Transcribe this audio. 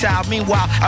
Meanwhile